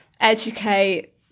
educate